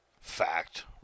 fact